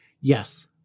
Yes